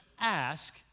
ask